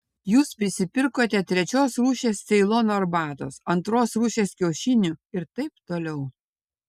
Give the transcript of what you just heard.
jūs prisipirkote trečios rūšies ceilono arbatos antros rūšies kiaušinių ir taip toliau